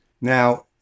Now